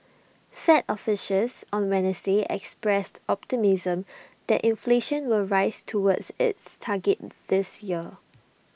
fed officials on Wednesday expressed optimism that inflation will rise towards its target this year